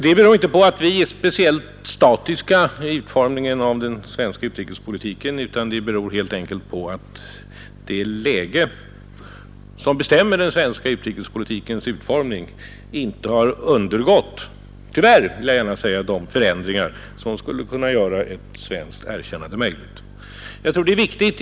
Det beror inte på att vi är speciellt statiska i utformningen av den svenska utrikespolitiken, utan det beror helt enkelt på att det läge som bestämmer den svenska utrikespolitikens utformning tyvärr inte har undergått de förändringar som skulle kunna göra ett erkännande möjligt.